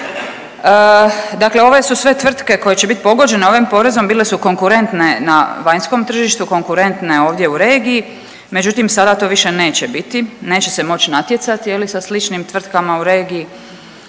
Dakle, ove su sve tvrtke koje će bit pogođene ovim porezom bile su konkurentne na vanjskom tržištu, konkurentne ovdje u regiji. Međutim, sada to više neće biti, neće se moći natjecati sa sličnim tvrtkama u regiji.